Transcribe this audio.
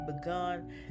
begun